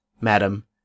madam